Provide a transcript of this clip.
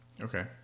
Okay